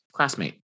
classmate